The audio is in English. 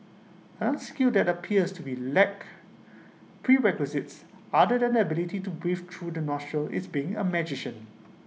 another skill that appears to be lack prerequisites other than the ability to breathe through the nostrils is being A magician